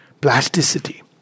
Plasticity